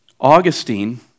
Augustine